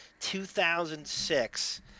2006